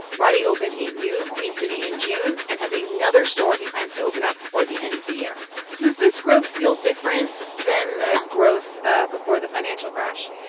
roddey opened a new queen city in june and has another store he plans to open up before the end of the year does this growth feel different than the growth ah before the financial crash?